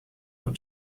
not